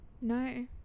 No